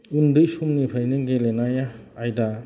उन्दै समनिफ्रायनो गेलेनाय आयदा